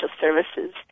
services